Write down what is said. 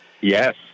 Yes